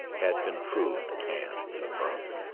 had been proved and confirmed.